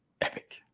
epic